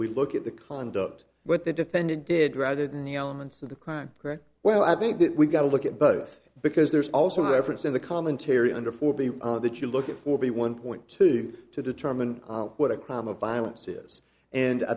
we look at the conduct but the defendant did rather than the elements of the crime well i think that we've got to look at both because there's also a difference in the commentary under four b that you look at for b one point two to determine what a crime of violence is and i